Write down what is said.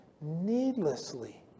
needlessly